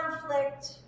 conflict